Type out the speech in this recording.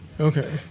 Okay